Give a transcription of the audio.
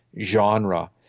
genre